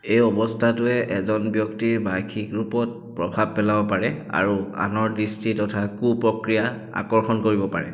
এই অৱস্থাটোৱে এজন ব্যক্তিৰ বাৰ্ষিক ৰূপত প্ৰভাৱ পেলাব পাৰে আৰু আনৰ দৃষ্টি তথা কু প্ৰক্ৰিয়া আকৰ্ষণ কৰিব পাৰে